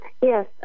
Yes